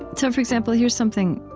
so, for example, here's something.